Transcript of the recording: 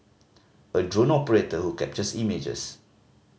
a drone operator who captures images